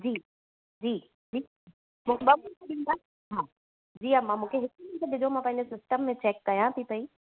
जी जी जी मूंखे ॿ मिन्ट ॾिंदा हा जी अमां मूंखे हिकु मिंट ॾिजो मां पंहिंजे सिस्टम में चेक कयां थी पेई